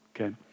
okay